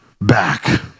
back